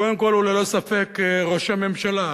הוא קודם כול ללא ספק ראש הממשלה,